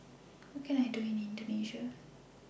What Can I Do in Indonesia